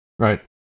Right